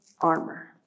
armor